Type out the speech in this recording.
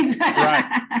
right